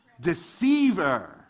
Deceiver